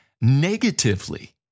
negatively